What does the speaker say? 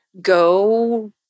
go